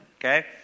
okay